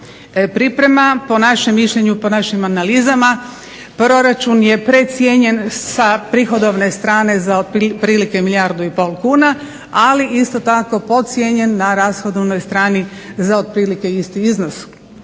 priprema. Po našem mišljenju po našim analizama proračun je precijenjen sa prihodovne strane za otprilike milijardu i pol kuna, ali isto tako podcijenjen na rashodovnoj strani za otprilike isti iznos